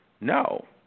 No